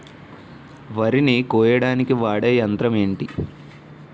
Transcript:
వరి ని కోయడానికి వాడే యంత్రం ఏంటి?